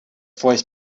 voice